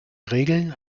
regeln